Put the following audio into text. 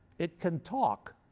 it can talk